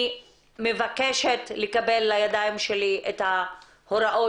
אני מבקשת לקבל לידיים שלי את ההוראות